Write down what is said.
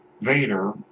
Vader